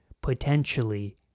potentially